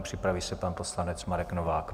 Připraví se pan poslanec Marek Novák.